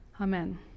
Amen